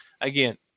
again